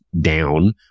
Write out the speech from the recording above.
down